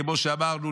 כמו שאמרנו,